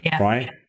Right